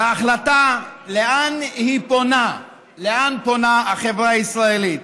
בהחלטה לאן היא פונה, לאן פונה החברה הישראלית.